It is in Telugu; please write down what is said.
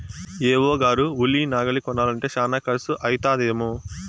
ఏ.ఓ గారు ఉలి నాగలి కొనాలంటే శానా కర్సు అయితదేమో